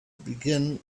begin